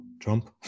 Trump